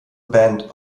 band